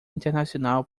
internacional